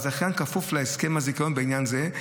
והזכיין כפוף להסכם הזיכיון בעניין זה.